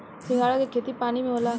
सिंघाड़ा के खेती पानी में होला